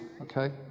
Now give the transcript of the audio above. okay